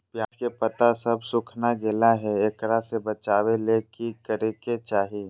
प्याज के पत्ता सब सुखना गेलै हैं, एकरा से बचाबे ले की करेके चाही?